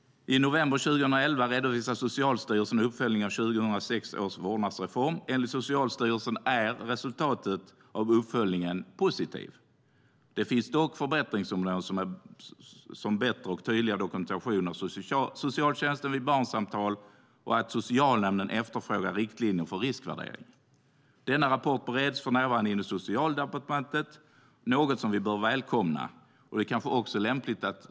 I november 2011 redovisade Socialstyrelsen en uppföljning av 2006 års vårdnadsreform. Enligt Socialstyrelsen är resultatet av uppföljningen positivt. Det finns dock förbättringsområden, till exempel bättre och tydligare dokumentation av socialtjänsten vid barnsamtal och att socialnämnderna efterfrågar riktlinjer för riskvärdering. Denna rapport bereds för närvarande inom Socialdepartementet, och det är något som vi bör välkomna.